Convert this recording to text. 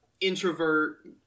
introvert